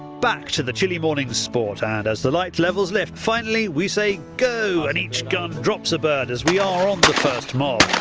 back to the chilly morning's sport and, as the light levels lift, finally we say go and each gun drops a bird as we are on the first mob.